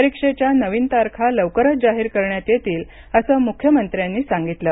परीक्षेच्या नवीन तारखा लवकरच जाहीर करण्यात येतील असं मुख्यमंत्र्यांनी सांगितलं